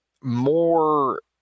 more